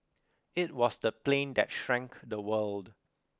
it was the plane that shrank the world